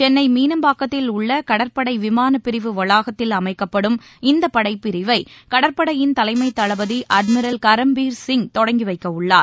சென்னை மீனம்பாக்கத்தில் உள்ள கடற்படை விமானப்பிரிவு வளாகத்தில் அமைக்கப்படும் இந்தப்படைப்பிரிவை கடற்படையின் தலைமைத் தளபதி அட்மிரல் கரம்பீர் சிங் தொடங்கிவைக்கவுள்ளார்